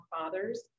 Fathers